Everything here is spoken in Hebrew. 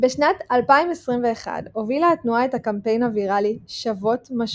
בשנת 2021 הובילה התנועה את הקמפיין הוויראלי "#שוות_משוות",